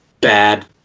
bad